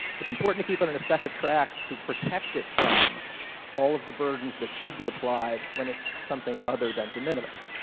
it's important to keep it on a separate track to protect it from all of the burdens that should be applied when it's something other than de minimis.